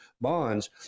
bonds